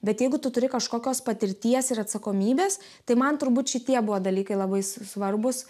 bet jeigu tu turi kažkokios patirties ir atsakomybės tai man turbūt šitie buvo dalykai labai svarbūs